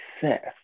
success